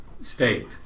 state